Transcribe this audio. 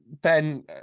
Ben